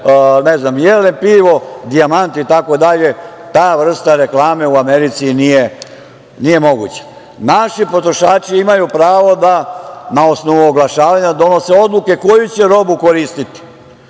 ne znam, „Jelen pivo“, „Dijamant“, itd. Ta vrsta reklame u Americi nije moguća. Naši potrošači imaju pravo da na osnovu oglašavanja donose odluke koju će robu koristiti.